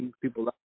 people